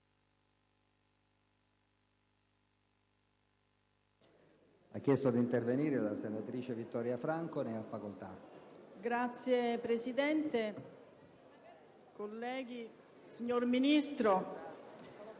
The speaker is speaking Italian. Signor Presidente, colleghi, signor Ministro,